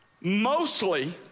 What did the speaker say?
Mostly